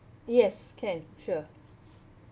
yes can sure